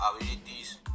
abilities